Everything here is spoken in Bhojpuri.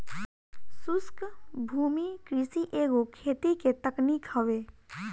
शुष्क भूमि कृषि एगो खेती के तकनीक हवे